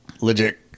legit